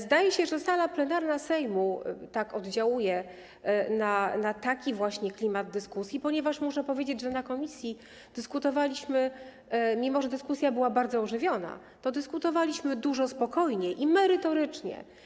Zdaje się, że sala plenarna Sejmu tak oddziałuje, wpływa na taki właśnie klimat dyskusji, ponieważ muszę powiedzieć, że na posiedzeniu komisji, mimo że dyskusja była bardzo ożywiona, dyskutowaliśmy dużo spokojniej i merytorycznie.